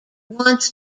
wants